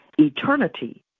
Eternity